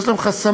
ויש להם חסמים,